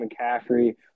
McCaffrey